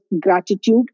gratitude